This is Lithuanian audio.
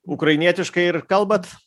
ukrainietiškai ir kalbat